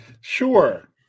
Sure